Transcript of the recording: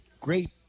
Great